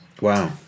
Wow